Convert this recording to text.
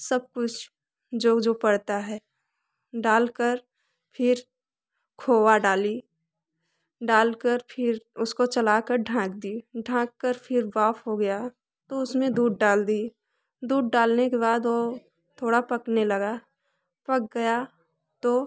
सब कुछ जो जो पड़ता है डालकर फिर खोवा डाली डालकर फिर उसको चलाकर ढाँक दी ढाँककर फिर बाफ़ हो गया तो उसमें दूध डाल दी दूध डालने के बाद वो थोड़ा पकने लगा पक गया तो